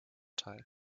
teil